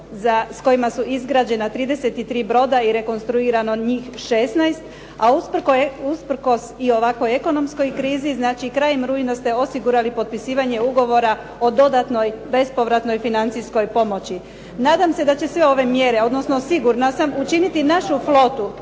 s kojima su izgrađena 33 broda i rekonstruirano njih 16, a usprkos i ovakvoj ekonomskoj krizi. Znači krajem rujna ste osigurali potpisivanje ugovora o dodatnoj bespovratnoj financijskoj pomoći. Nadam se da će sve ove mjere, odnosno sigurna sam učiniti našu flotu